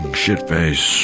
shitface